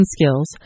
skills